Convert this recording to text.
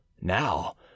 Now